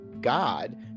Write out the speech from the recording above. God